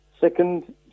second